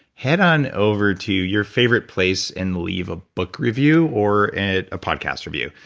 head on over to your favorite place and leave a book review or and a podcast review.